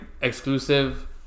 Exclusive